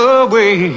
away